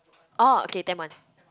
oh okay ten month